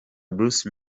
bruce